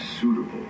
suitable